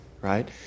right